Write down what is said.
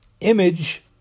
image